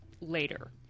later